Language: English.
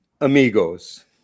amigos